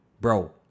Bro